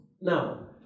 Now